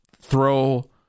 throw